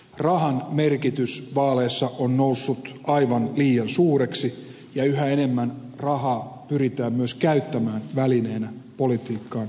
rahan merkitys vaaleissa on noussut aivan liian suureksi ja yhä enemmän rahaa pyritään myös käyttämään välineenä politiikkaan vaikuttamisessa